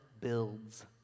builds